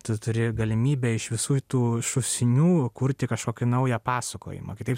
tu turi galimybę iš visų tų šūsnių kurti kažkokį naują pasakojimą kitaip